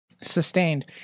Sustained